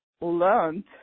learned